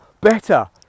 better